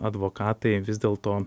advokatai vis dėlto